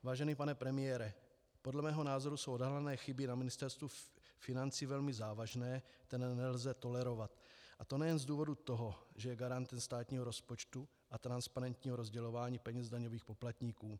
Vážený pane premiére, podle mého názoru jsou odhalené chyby na Ministerstvu financí velmi závažné, které nelze tolerovat, a to nejen z toho důvodu, že je garantem státního rozpočtu a transparentního rozdělování peněz daňových poplatníků.